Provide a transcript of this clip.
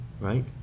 right